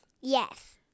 Yes